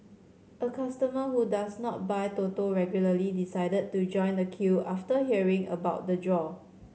a customer who does not buy Toto regularly decided to join the queue after hearing about the draw